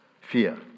fear